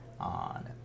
on